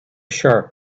sharp